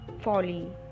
folly